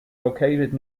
located